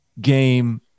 game